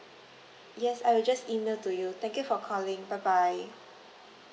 yes I will just email to you thank you for calling bye bye